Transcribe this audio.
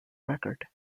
record